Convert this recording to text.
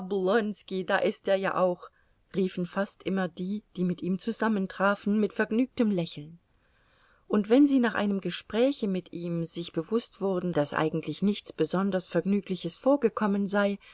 da ist er ja auch riefen fast immer die die mit ihm zusammentrafen mit vergnügtem lächeln und wenn sie nach einem gespräche mit ihm sich bewußt wurden daß eigentlich nichts besonders vergnügliches vorgekommen sei